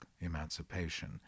Emancipation